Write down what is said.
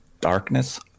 Darkness